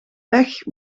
pech